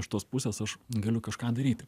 iš tos pusės aš galiu kažką daryti